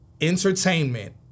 entertainment